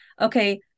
okay